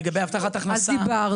ולגבי הבטחת הכנסה?